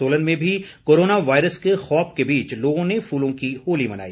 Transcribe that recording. सोलन में भी corona virus के खौफ के बीच लोगों ने फूलों की होली मनाई